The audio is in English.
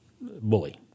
bully